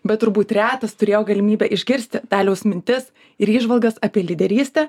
bet turbūt retas turėjo galimybę išgirsti daliaus mintis ir įžvalgas apie lyderystę